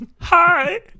hi